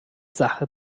sache